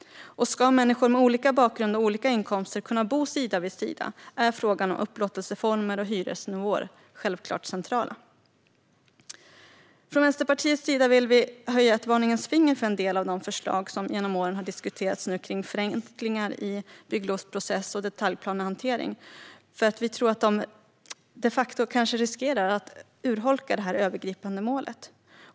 Ska människor med olika bakgrund och olika inkomster kunna bo sida vid sida är frågan om upplåtelseformer och hyresnivåer självklart central. Från Vänsterpartiets sida vill vi också höja ett varningens finger för en del förslag som genom åren har diskuterats om förenklingar i bygglovsprocess och detaljplanehantering. Vi tror att de riskerar att de facto urholka det här övergripande målet.